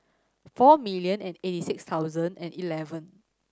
four million and eighty six thousand and eleven